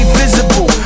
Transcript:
visible